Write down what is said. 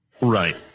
Right